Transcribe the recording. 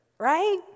Right